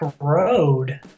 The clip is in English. Road